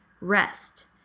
Rest